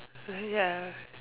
ya